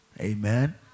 Amen